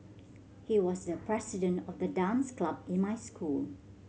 he was the president of the dance club in my school